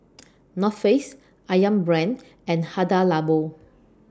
North Face Ayam Brand and Hada Labo